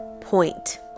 point